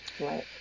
Right